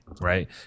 right